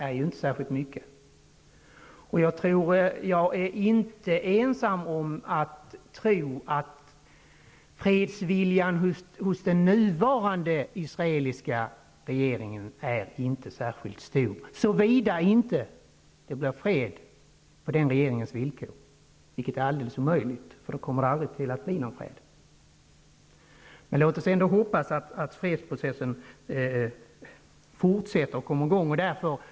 Jag är nog inte ensam om att tro att fredsviljan hos den nuvarande israeliska regeringen inte är särskilt stor, såvida inte det blir fred på den regeringens villkor. Och detta är alldeles omöjligt, för då blir det aldrig någon fred. Låt oss fortsätta att hoppas att fredsprocessen fortsätter.